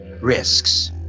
risks